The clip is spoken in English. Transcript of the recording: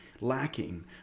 lacking